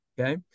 Okay